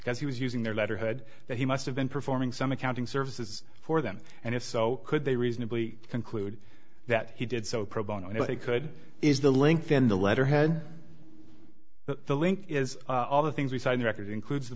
because he was using their letterhead that he must have been performing some accounting services for them and if so could they reasonably conclude that he did so pro bono and they could is the link then the letterhead but the link is all the things we saw in the record includes